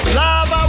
love